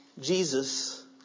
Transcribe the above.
Jesus